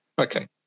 Okay